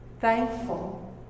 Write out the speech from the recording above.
thankful